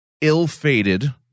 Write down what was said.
ill-fated